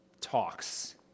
talks